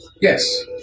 Yes